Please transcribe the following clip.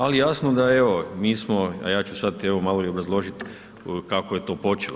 Ali jasno da evo, mi smo, a ja ću sad evo malo i obrazložiti kako je to počelo.